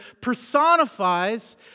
personifies